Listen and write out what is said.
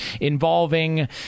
involving